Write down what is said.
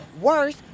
worse